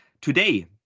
today